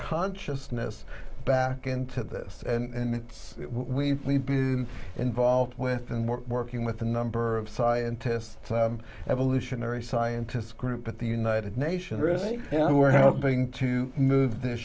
consciousness back into this and it's we've been involved with and we're working with a number of scientists evolutionary scientists group at the united nations really who are helping to move this